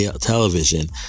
television